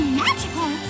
magical